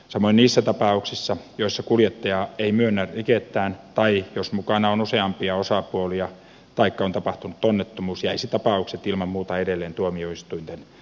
samoin niissä tapauksissa joissa kuljettaja ei myönnä rikettään tai jos mukana on useampia osapuolia taikka on tapahtunut onnettomuus jäisivät tapaukset ilman muuta edelleen tuomioistuinten toimivaltaan